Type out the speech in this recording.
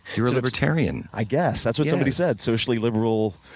you're a libertarian. i guess. that's what somebody said. socially liberal,